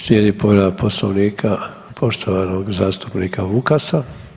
Slijedi povreda Poslovnika poštovanog zastupnika Vukasa.